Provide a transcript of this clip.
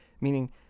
Meaning